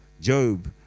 Job